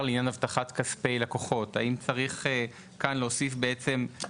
לעניין הבטחת כספי לקוחות האם צריך להוסיף כאן תוספת,